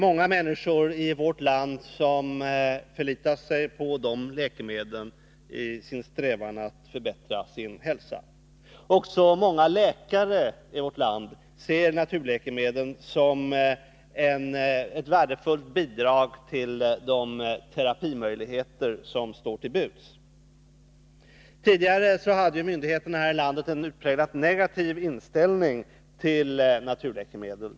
Många människor i vårt land förlitar sig på de läkemedlen i sin strävan att förbättra sin hälsa. Också många läkare i vårt land ser naturläkemedlen som ett värdefullt bidrag till de övriga terapimöjligheter som står till buds. 3 Tidigare hade myndigheterna här i landet en utpräglat negativ inställning till naturläkemedel.